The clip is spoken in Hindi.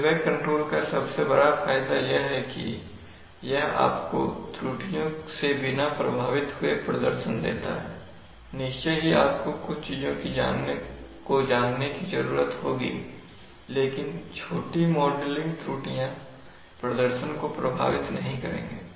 फीडबैक कंट्रोल का सबसे बड़ा फायदा यह है कि यह आपको त्रुटियों से बिना प्रभावित हुए प्रदर्शन देता है निश्चय ही आपको कुछ चीजों को जानने की जरूरत होगी लेकिन छोटी मॉडलिंग त्रुटियां प्रदर्शन को प्रभावित नहीं करेंगे